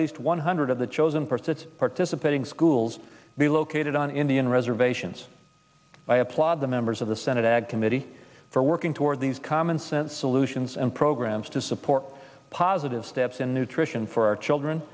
least one hundred of the chosen person participating schools be located on indian reservations i applaud the members of the senate ag committee for working toward these commonsense solutions and programs to support positive steps in nutrition for our children